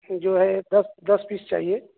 جو ہے دس دس پیس چاہیے